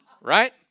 Right